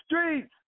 Streets